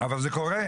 אבל זה קורה.